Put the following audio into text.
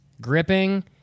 gripping